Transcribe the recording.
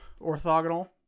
orthogonal